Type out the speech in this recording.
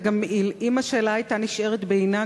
ואם השאלה היתה נשארת בעינה,